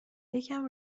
یکم